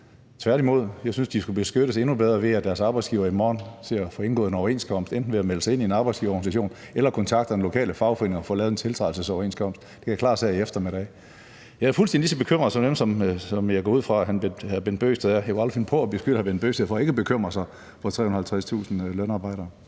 Tværtimod synes jeg, at de skulle beskyttes endnu bedre, ved at deres arbejdsgivere i morgen ser til at få indgået en overenskomst enten ved at melde sig ind i en arbejdsgiverorganisation eller ved at kontakte den lokale fagforening for at få lavet en tiltrædelsesoverenskomst. Det kan klares her i eftermiddag. Jeg fuldstændig lige så bekymret for dem som hr. Bent Bøgsted. Jeg kunne aldrig finde på at beskylde hr. Bent Bøgsted for ikke at bekymre sig om 350.000 lønmodtagere.